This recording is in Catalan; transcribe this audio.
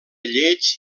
lleig